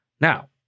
Now